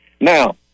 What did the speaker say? Now